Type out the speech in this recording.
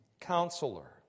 Counselor